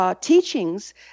Teachings